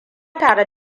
tare